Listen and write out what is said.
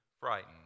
frightened